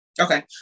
Okay